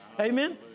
Amen